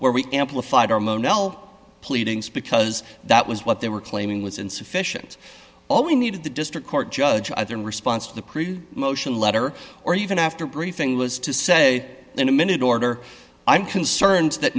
where we amplified our motel pleadings because that was what they were claiming was insufficient all we needed the district court judge either in response to the create a motion letter or even after briefing was to say in a minute order i'm concerned that